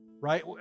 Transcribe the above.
right